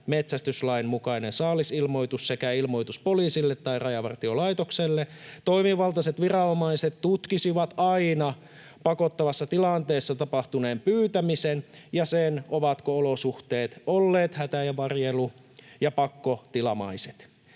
metsästyslain mukainen saalisilmoitus sekä ilmoitus poliisille tai Rajavartiolaitokselle. Toimivaltaiset viranomaiset tutkisivat aina pakottavassa tilanteessa tapahtuneen pyytämisen ja sen, ovatko olosuhteet olleet hätävarjelu- ja pakkotilamaiset.